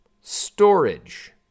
Storage